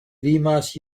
limas